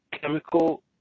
chemical